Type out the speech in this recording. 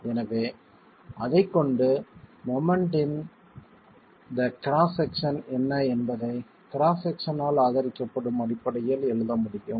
எனவே அதைக் கொண்டு moment in the cross section என்ன என்பதை கிராஸ் செக்சன் ஆல் ஆதரிக்கப்படும் அடிப்படையில் எழுத முடியும்